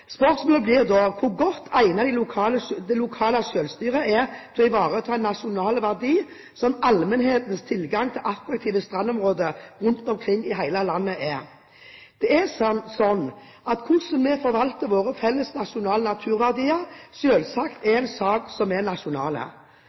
Spørsmålet blir da hvor godt egnet det lokale selvstyret er til å ivareta en nasjonal verdi som allmennhetens tilgang til attraktive strandområder rundt omkring i hele landet er. Hvordan vi forvalter våre felles nasjonale naturverdier, er selvsagt en sak som er